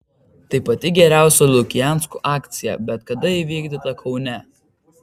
tai pati geriausia lukianskų akcija bet kada įvykdyta kaune